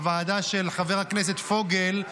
בוועדה של חבר הכנסת פוגל,